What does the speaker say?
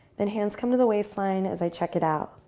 then hands come to the waist line as i check it out.